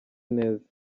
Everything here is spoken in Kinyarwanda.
neza